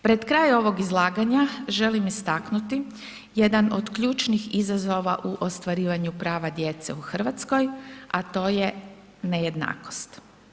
Pred kraj ovog izlaganja, želim istaknuti jedan od ključnih izazova u ostvarivanju prava djece u Hrvatskoj, a to je nejednakost.